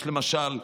יש למשל חינוך,